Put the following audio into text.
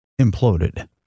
imploded